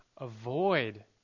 avoid